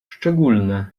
szczególne